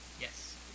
Yes